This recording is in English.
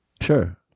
Sure